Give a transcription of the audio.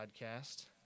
podcast